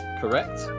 correct